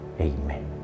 Amen